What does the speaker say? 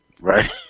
Right